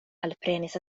alprenis